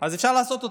אז אפשר לעשות אותו.